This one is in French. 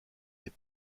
des